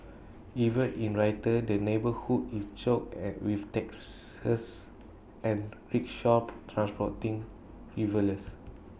even in winter the neighbourhood is choked IT with taxes and rickshaws transporting revellers